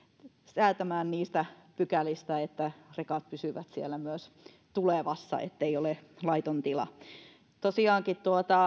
säätämään niistä pykälistä että rekat pysyvät siellä myös tulevassa ettei se ole laiton tila tosiaankin